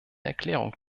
erklärung